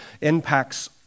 impacts